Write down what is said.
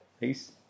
Peace